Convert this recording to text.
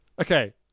Okay